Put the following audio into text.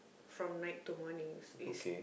from night to morning it's